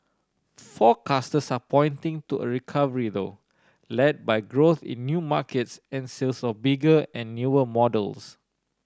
forecasters are pointing to a recovery though led by growth in new markets and sales of bigger and newer models